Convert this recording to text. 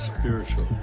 Spiritual